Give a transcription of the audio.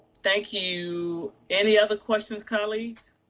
thank you. any other questions, colleagues?